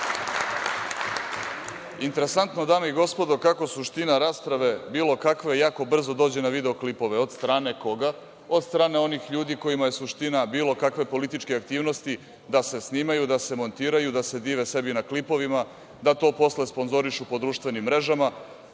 vremena. Interesantno, dame i gospodo, kako suština rasprave bilo kakve jako brzo dođe na video klipove. Od strane koga? Od strane onih ljudi kojima je suština bilo kakve političke aktivnosti da se snimaju, da se montiraju, da se dive sebi na klipovima, da to posle sponzorišu po društvenim mrežama. Ne